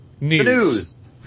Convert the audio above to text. News